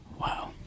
Wow